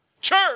church